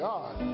God